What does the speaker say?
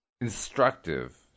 instructive